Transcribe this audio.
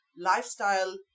lifestyle